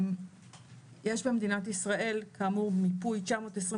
יש במדינת ישראל כאמור מיפוי תשע מאות עשרים